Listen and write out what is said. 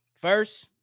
first